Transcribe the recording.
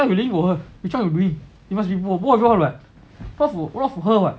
for yourself you living for her you must try to bringing both of y'all like love for love for her [what]